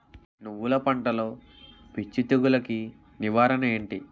నువ్వులు పంటలో పిచ్చి తెగులకి నివారణ ఏంటి?